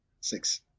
Six